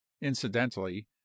Incidentally